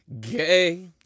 Gay